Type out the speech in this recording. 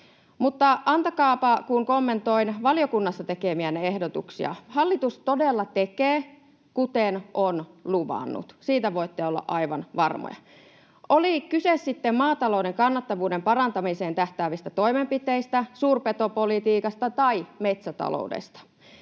mutta antakaapa, kun kommentoin valiokunnassa tekemiänne ehdotuksia. Hallitus todella tekee, kuten on luvannut. Siitä voitte olla aivan varmoja, oli kyse sitten maatalouden kannattavuuden parantamiseen tähtäävistä toimenpiteistä, suurpetopolitiikasta tai metsätaloudesta.